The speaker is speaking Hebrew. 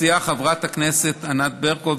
מציעה חברת הכנסת ענת ברקו,